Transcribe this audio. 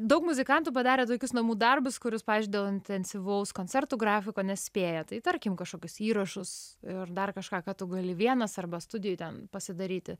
daug muzikantų padarę tokius namų darbus kurius pavyzdžiui dėl intensyvaus koncertų grafiko nespėja tai tarkim kažkokius įrašus ir dar kažką ką tu gali vienas arba studijoj ten pasidaryti